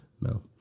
No